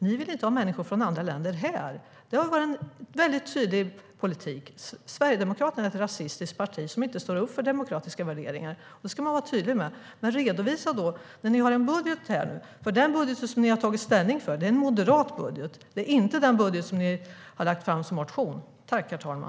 Ni vill inte ha människor från andra länder här. Det har varit en mycket tydlig politik. Sverigedemokraterna är ett rasistiskt parti som inte står upp för demokratiska värderingar. Det ska man vara tydlig med. Men redovisa då! Ni har en budget här, men den budget som ni har tagit ställning för är en moderat budget. Det är inte den budget som ni har lagt fram som motion.